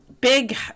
big